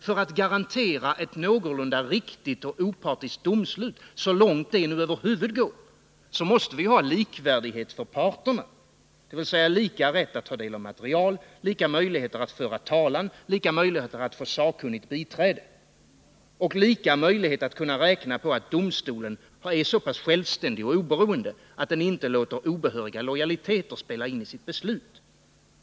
För att garantera ett någorlunda riktigt och opartiskt domslut — så långt det över huvud taget går — måste vi i båda fallen ha likvärdighet för parterna, dvs. samma rätt att ta del av material, samma möjligheter att föra talan, samma möjligheter att få sakkunnigt biträde och samma möjligheter att utgå från att domstolen är så pass självständig och oberoende att den inte låter obehöriga lojaliteter påverka sitt beslut.